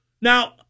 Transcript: Now